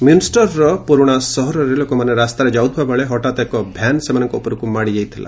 Munster ପୁରୁଣା ସହରରେ ଲୋକମାନେ ରାସ୍ତାରେ ଯାଉଥିବାବେଳେ ହଠାତ୍ ଏକ ଭ୍ୟାନ୍ ସେମାନଙ୍କ ଉପରକୁ ମାଡ଼ିଯାଇଥିଲା